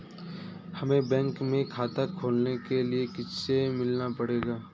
हमे बैंक में खाता खोलने के लिए किससे मिलना पड़ेगा?